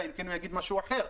אלא אם הוא יגיד משהו אחר.